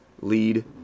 lead